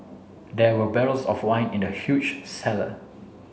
there were barrels of wine in the huge cellar